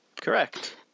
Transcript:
Correct